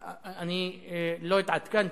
אני לא התעדכנתי.